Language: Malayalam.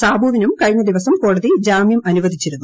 സാബ്ജൂവിനും കഴിഞ്ഞ ദിവസം കോടതി ജാമ്യം അനുവദിച്ചിരുന്നു